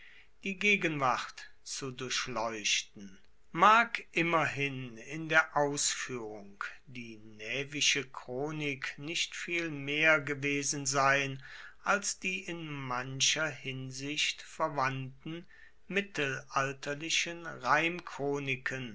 die gegenwart zu durchleuchten mag immerhin in der ausfuehrung die naevische chronik nicht viel mehr gewesen sein als die in mancher hinsicht verwandten mittelalterlichen